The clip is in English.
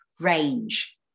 Range